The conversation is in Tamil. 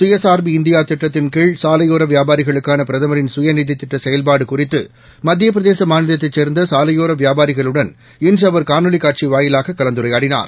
சுயசார்பு இந்தியா திட்டத்தின்கீழ் சாலையோர வியாபாரிகளுக்கான பிரதமரின் சுயநிதி திட்ட செயல்பாடு குறித்து மத்தியப்பிரதேச மாநிலத்தைச் சேர்ந்த சாலையோர வியாபாரிகளுடன் இன்று அவர் காணொளிக் காட்சி வாயிலாக கலந்துரையாடினார்